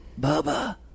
Bubba